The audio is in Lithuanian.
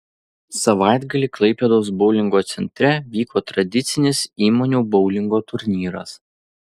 savaitgalį klaipėdos boulingo centre vyko tradicinis įmonių boulingo turnyras